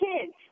kids